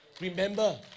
Remember